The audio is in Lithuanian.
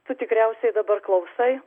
tu tikriausiai dabar klausai